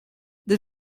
der